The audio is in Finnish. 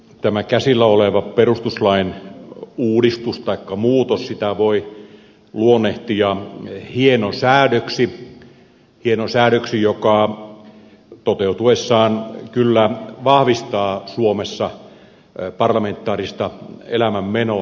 tätä käsillä olevaa perustuslain uudistusta taikka muutosta voi luonnehtia hienosäädöksi joka toteutuessaan kyllä vahvistaa suomessa parlamentaarista elämänmenoa